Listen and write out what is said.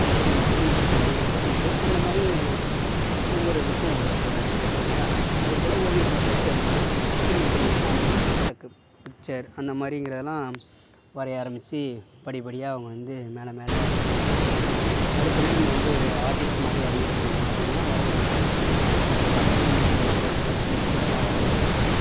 எப்படி நம்ம ஸ்கூல் படிக்கும் போது எல்கேஜோ அந்த மாதிரி ஒவ்வொரு இதுக்கும் ஒவ்வொரு இது வர இருக்குல்லையா அதுபோல் ஓவியத்தில் ஃபர்ஸ்ட்டு எடுத்தோடனே சின்ன சின்ன சாம்பிள் பிக்சர் அந்த மாதிரிங்கிறதுலாம் வரைய ஆரம்மிச்சி படிபடியாக அவங்க வந்து மேலே மேலே போகணும் எடுத்தோடனே நம்ம வந்து ஒரு ஆர்ட்டிஸ்ட் மாதிரி வரைஞ்சிர முடியுமா அப்படின்னா வரைய முடியாது ஓகேவா சின்ன சின்ன பொருட்கள் சின்ன சின்னதுலாம் வரைய ஆரம்மிச்சி